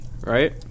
right